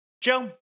Joe